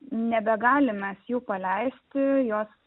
nebegalim mes jų paleisti juos